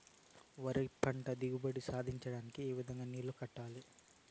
వరి పంట దిగుబడి సాధించడానికి, ఏ విధంగా నీళ్లు కట్టాలి?